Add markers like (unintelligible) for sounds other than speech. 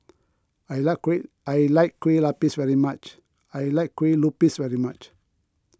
I like Kue I like Kue (unintelligible) very much I like Kue Lupis very much